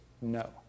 No